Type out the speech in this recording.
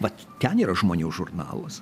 vat ten yra žmonių žurnalas